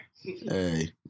Hey